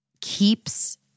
keeps